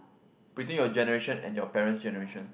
between your generation and your parent's generation